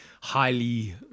highly